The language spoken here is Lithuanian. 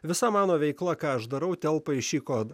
visa mano veikla ką aš darau telpa į šį kodą